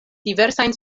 diversajn